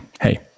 hey